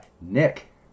Nick